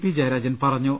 P Jayarajan പറഞ്ഞു